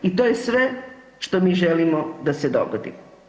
I to je sve što mi želimo da se dogodi.